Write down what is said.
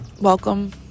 Welcome